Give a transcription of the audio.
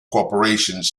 corporations